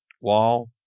wall